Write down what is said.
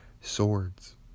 swords